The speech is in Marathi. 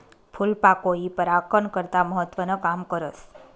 फूलपाकोई परागकन करता महत्वनं काम करस